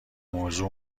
موضوع